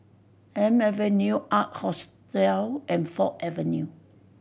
Elm Avenue Ark Hostel and Ford Avenue